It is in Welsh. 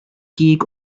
gig